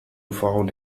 found